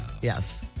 Yes